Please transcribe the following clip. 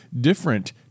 different